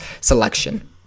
selection